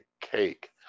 cake